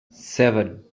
seven